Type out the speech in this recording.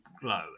glow